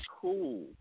cool